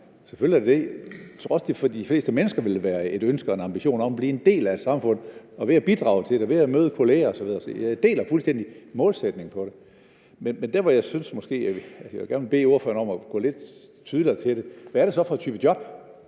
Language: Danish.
Jeg tror også, at der for de fleste mennesker vil være et ønske og en ambition om at blive en del af samfundet ved at bidrage til det og ved at møde kolleger osv. Jeg deler fuldstændig målsætningen, men jeg vil måske gerne bede ordføreren om at være lidt tydeligere om noget: Hvad er det så for en type job?